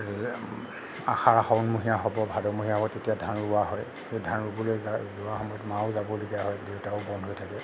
আহাৰ শাওণমহীয়া হব ভাদমহীয়া হব তেতিয়া ধান ৰোৱা হয় সেই ধান ৰুবলৈ যা যোৱাৰ সময়ত তেতিয়া মাও যাবলগীয়া হয় দেউতাও বন্ধ হৈ থাকে